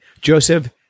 Joseph